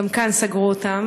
גם כאן סגרו אותן.